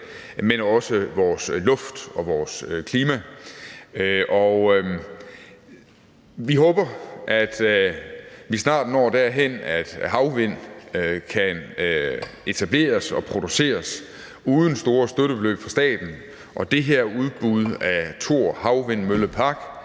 til vores luft og vores klima. Vi håber, at vi snart når derhen, hvor strøm fra havvind kan etableres og produceres uden store støttebeløb fra staten, og det her udbud af Thor Havvindmøllepark